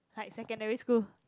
like secondary school